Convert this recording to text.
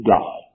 God